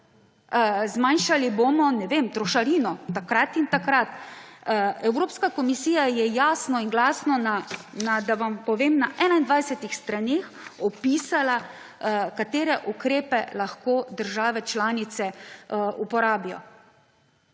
zmanjšali bomo, ne vem, trošarino takrat in takrat. Evropska komisija je jasno in glasno, da vam povem, na 21 straneh opisala, katere ukrepe lahko države članice uporabijo.